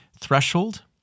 threshold